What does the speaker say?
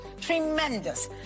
tremendous